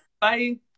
Bye